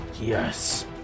Yes